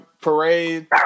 Parade